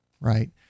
Right